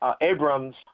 Abrams